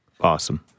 awesome